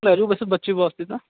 ਲੈ ਜਾਓ ਵੈਸੇ ਬੱਚੇ ਵਾਸਤੇ ਤਾਂ